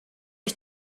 ich